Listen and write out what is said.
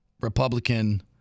Republican